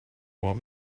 what